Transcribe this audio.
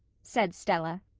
said stella.